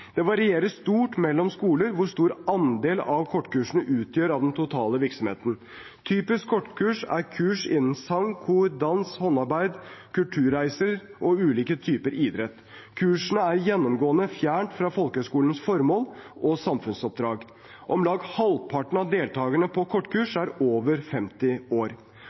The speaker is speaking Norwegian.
Det varierer stort mellom skoler hvor stor andel kortkursene utgjør av den totale virksomheten. Typisk kortkurs er kurs innen sang/kor, dans, håndarbeid, kulturreiser og ulike typer idrett. Kursene er gjennomgående fjernt fra folkehøyskolenes formål og samfunnsoppdrag. Om lag halvparten av deltagerne på kortkurs er over 50 år.